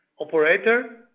Operator